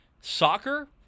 soccer